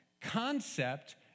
concept